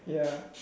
ya